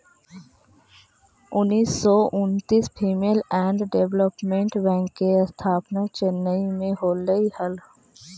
उन्नीस सौ उन्नितिस फीमेल एंड डेवलपमेंट बैंक के स्थापना चेन्नई में होलइ हल